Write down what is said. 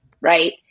right